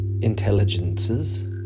intelligences